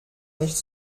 nicht